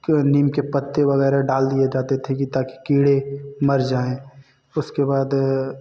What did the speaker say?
नीम के पत्ते वगैरह डाल दिए जाते थे ताकि कीड़े मर जाए उसके बाद